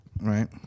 Right